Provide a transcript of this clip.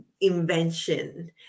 invention